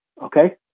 Okay